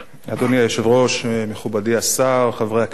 אדוני היושב-ראש, מכובדי השר, חברי הכנסת,